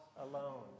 alone